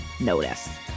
notice